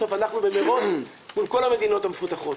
בסוף אנחנו במרוץ מול כל המדינות המפותחות.